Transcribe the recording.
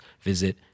visit